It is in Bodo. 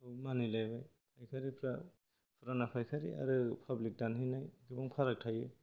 मानिलायबाय फायखारिफ्रा फुराना फायखारि आरो पाब्लिक दानहैनाय गोबां फाराग थायो